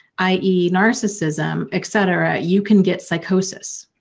i e narcissism, etcetra, you can get psychosis.